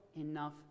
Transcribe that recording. enough